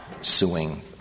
suing